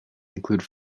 include